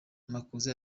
makuza